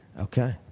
Okay